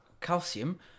calcium